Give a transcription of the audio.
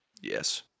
yes